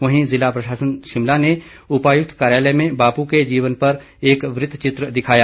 वहीं जिला प्रशासन शिमला ने उपायुक्त कार्यालय में बापू के जीवन पर एक वृत चित्र दिखाया